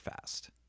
fast